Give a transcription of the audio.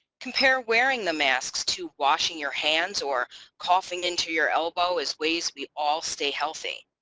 compare wearing the masks to washing your hands or coughing into your elbow as ways we all stay healthy.